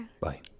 Bye